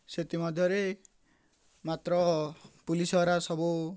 ସେଥିମଧ୍ୟରେ ମାତ୍ର ପୋଲିସ ହେରା ସବୁ